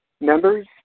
members